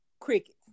crickets